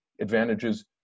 advantages